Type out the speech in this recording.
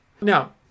Now